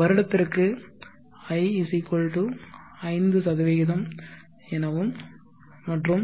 வருடத்திற்கு i 5 எனவும் மற்றும்